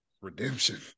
Redemption